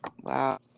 Wow